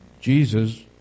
Jesus